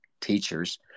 teachers